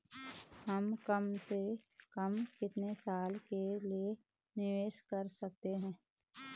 हम कम से कम कितने साल के लिए निवेश कर सकते हैं?